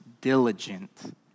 diligent